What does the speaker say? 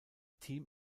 team